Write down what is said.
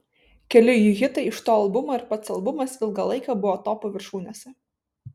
keli jų hitai iš to albumo ir pats albumas ilgą laiką buvo topų viršūnėse